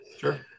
Sure